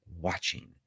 watching